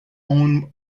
owned